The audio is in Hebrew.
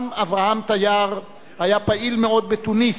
גם אברהם טיאר היה פעיל מאוד בתוניס,